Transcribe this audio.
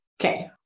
Okay